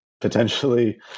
potentially